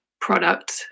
product